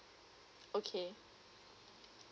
okay